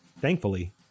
Thankfully